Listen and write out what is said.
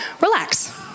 relax